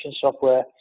software